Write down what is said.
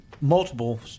multiple